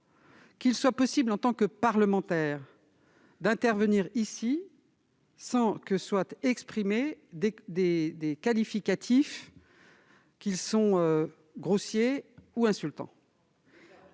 qu'il soit possible, en tant que parlementaire, d'intervenir ici sans que soient utilisés des qualificatifs grossiers ou insultants.